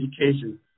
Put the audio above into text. education